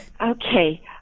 Okay